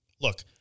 Look